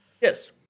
Yes